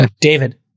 David